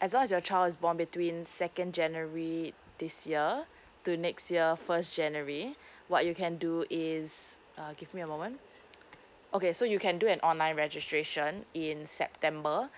as long as your child is born between second january this year to next year first january what you can do is uh give me a moment okay so you can do an online registration in september